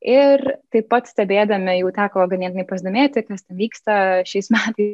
ir taip pat stebėdami jau teko ganėtinai pasidomėti kas vyksta šiais metais